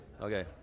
Okay